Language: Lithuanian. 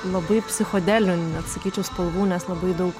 labai psichodelinių net sakyčiau spalvų nes labai daug